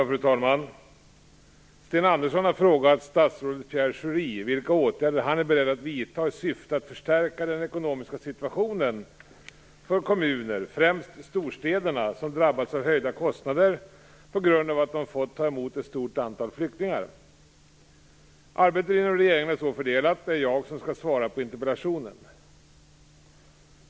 Fru talman! Sten Andersson ha frågat statsrådet Pierre Schori vilka åtgärder han är beredd att vidta i syfte att förstärka den ekonomiska situationen för kommuner, främst storstäderna, som drabbats av höga kostnader på grund av att de har fått ta emot ett stort antal flyktingar. Arbetet inom regeringen är så fördelat att det är jag som skall vara på interpellationen.